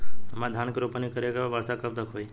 हमरा धान के रोपनी करे के बा वर्षा कब तक होई?